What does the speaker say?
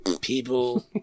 People